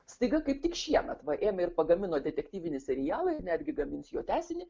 staiga kaip tik šiemet va ėmė ir pagamino detektyvinį serialą netgi gamins jo tęsinį